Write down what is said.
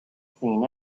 seen